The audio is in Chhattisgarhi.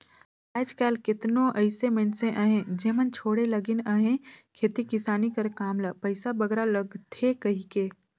आएज काएल केतनो अइसे मइनसे अहें जेमन छोंड़े लगिन अहें खेती किसानी कर काम ल पइसा बगरा लागथे कहिके